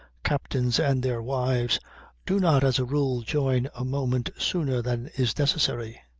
captains and their wives do not, as a rule, join a moment sooner than is necessary.